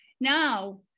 now